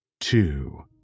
two